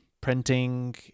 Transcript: printing